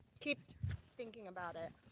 keep thinking about it.